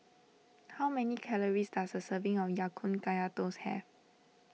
how many calories does a serving of Ya Kun Kaya Toast have